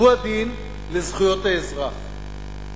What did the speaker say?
הוא הדין לזכויות האזרח.